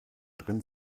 drin